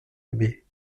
aimé